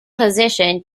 position